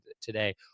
today